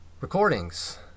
recordings